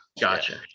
Gotcha